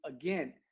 again